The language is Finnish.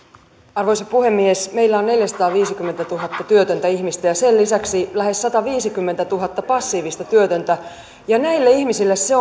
arvoisa puhemies meillä on neljäsataaviisikymmentätuhatta työtöntä ihmistä ja sen lisäksi lähes sataviisikymmentätuhatta passiivista työtöntä ja näille ihmisille se